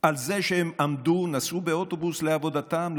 על זה שהם עמדו או נסעו באוטובוס לעבודתם,